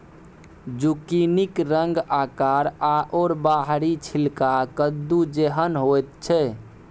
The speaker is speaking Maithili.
जुकिनीक रंग आकार आओर बाहरी छिलका कद्दू जेहन होइत छै